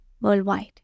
worldwide